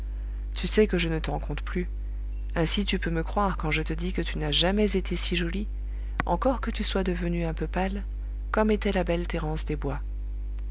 tu sais que je ne t'en conte plus ainsi tu peux me croire quand je te dis que tu n'as jamais été si jolie encore que tu sois devenue un peu pâle comme était la belle thérence des bois